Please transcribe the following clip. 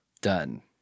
Done